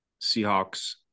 Seahawks